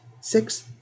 six